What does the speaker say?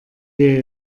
wir